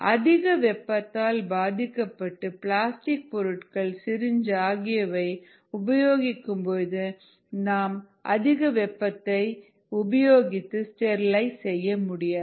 அதிக வெப்பத்தால் பாதிக்கப்படும் பிளாஸ்டிக் பொருட்கள் சிரின்ஜ் ஆகியவை உபயோகிக்கும் பொழுது நாம் அதிக வெப்பத்தை உபயோகித்து ஸ்டெரிலைஸ் செய்யமுடியாது